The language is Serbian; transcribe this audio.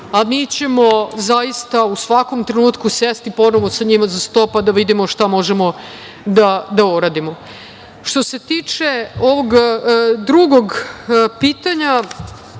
a mi ćemo zaista u svakom trenutku sesti ponovo sa njima za sto, pa da vidimo šta možemo da uradimo. Što se tiče ovog drugog pitanja,